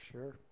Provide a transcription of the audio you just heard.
Sure